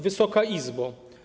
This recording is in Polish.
Wysoka Izbo!